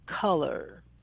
color